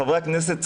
חברי הכנסת,